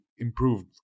improved